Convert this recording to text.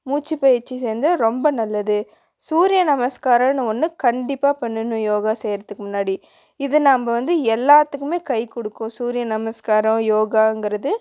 மூச்சு பயிற்சி செஞ்சால் ரொம்ப நல்லது சூரிய நமஸ்காரோம்னு ஒன்று கண்டிப்பாக பண்ணணும் யோகா செய்கிறத்துக்கு முன்னாடி இது நாம் வந்து எல்லாத்துக்குமே கை கொடுக்கும் சூரிய நமஸ்காரம் யோகாங்கிறது